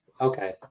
okay